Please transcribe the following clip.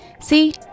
See